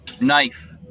Knife